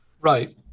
Right